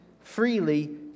freely